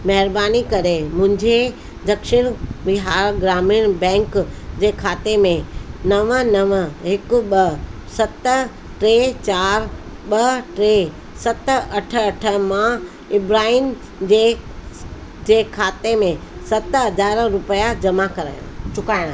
महिरबानी करे मुंहिंजे दक्षिण बिहार ग्रामीण बैंक जे खाते में नव नव हिकु ॿ सत टे चारि ॿ टे सत अठ अठ मां इब्राहिम जे जे खाते में सत हज़ार रुपिया जमा करायो चुकाइण